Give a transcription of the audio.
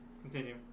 Continue